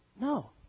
No